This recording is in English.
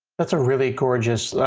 that's a really gorgeous,